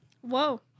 Whoa